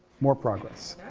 more progress.